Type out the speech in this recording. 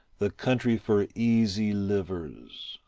the country for easy livers,